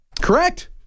Correct